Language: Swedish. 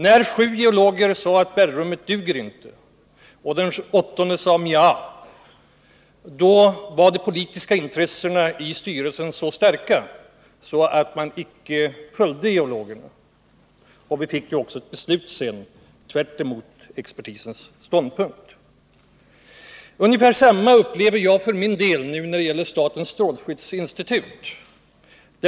När sju av geologerna sade att bergrummen inte skulle duga som förvaringsplatser och den åttonde sade nja, var de politiska intressena i styrelsen så starka att styrelsen inte följde geologernas förslag, och vi fick ju sedan också ett beslut som gick tvärtemot expertisens ställningstagande. Ungefär samma sak upplever jag för min del nu när det gäller statens strålskyddsinstitut.